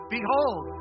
Behold